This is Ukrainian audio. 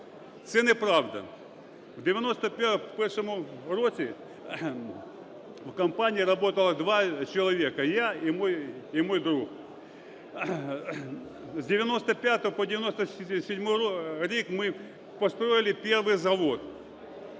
Це неправда. В 91-му році в компанії работало два человека: я и мой друг. З 95-го по 97-й рік ми построили первый завод,